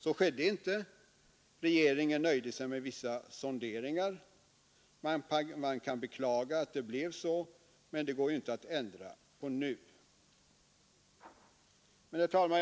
Så skedde inte. Regeringen nöjde sig med vissa sonderingar. Man kan beklaga att det blev så, men det går ju inte att ändra på nu. Herr talman!